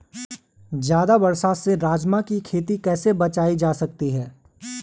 ज़्यादा बरसात से राजमा की खेती कैसी बचायी जा सकती है?